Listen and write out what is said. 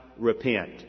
Repent